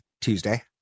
Tuesday